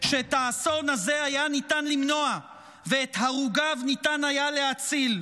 שאת האסון הזה היה ניתן למנוע ואת הרוגיו ניתן היה להציל.